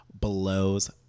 blows